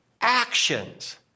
actions